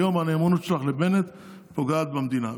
היום הנאמנות שלך לבנט פוגעת במדינה,